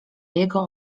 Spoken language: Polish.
jego